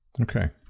Okay